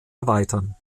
erweitern